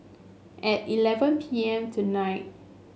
at eleven P M tonight